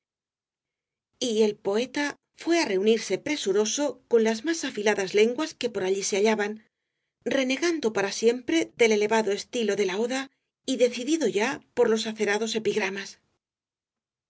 y el poeta fué á reunirse presuroso con las más afiladas lenguas que por allí se hallaban renegando para siempre del elevado estilo de la oda y decidido ya por los acerados epigramas